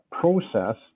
process